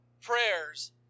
prayers